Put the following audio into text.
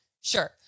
Sure